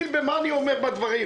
אתחיל במה אני אומר בדברים.